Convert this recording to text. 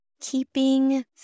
keeping